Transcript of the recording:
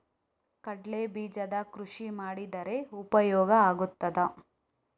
ಕಡ್ಲೆ ಬೀಜದ ಕೃಷಿ ಮಾಡಿದರೆ ಉಪಯೋಗ ಆಗುತ್ತದಾ?